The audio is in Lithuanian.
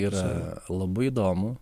yra labai įdomu